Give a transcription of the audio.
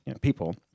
people